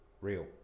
real